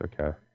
okay